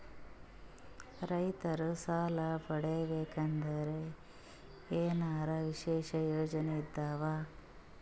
ರೈತರು ಸಾಲ ಪಡಿಬೇಕಂದರ ಏನರ ವಿಶೇಷ ಯೋಜನೆ ಇದಾವ?